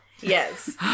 Yes